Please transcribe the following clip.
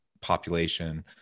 population